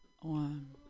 One